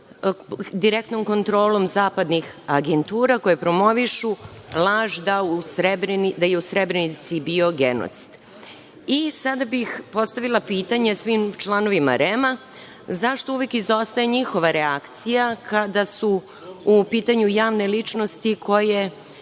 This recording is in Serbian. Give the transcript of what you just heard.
direktnom kontrolom zapadnih agentura koje promovišu laž da je u Srebrenici bio genocid. Sada bih postavila pitanje svim članovima REM-a. Zašto uvek izostaje njihova reakcija kada su u pitanju javne ličnosti koje